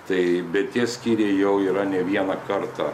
tai bet tie skyriai jau yra ne vieną kartą